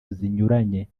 zinyuranye